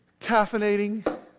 caffeinating